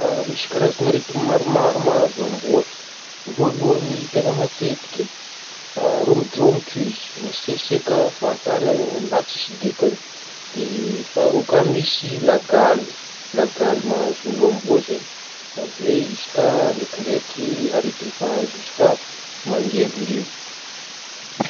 Misy karazana aretina maromaro mahazo amboa, voalohany tena matetiky romodromotro izy, masiasika fahatany ami raha tsisy dikany, faharoa ka misy lagaly, lagaly mahazo amboa zay, avy eo izy ka ndraikindaiky aretina mpahazo izy ka mangery lio.